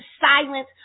silence